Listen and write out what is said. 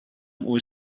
were